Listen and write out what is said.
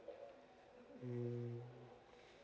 um